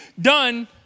done